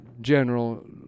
general